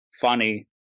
funny